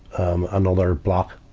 um another block.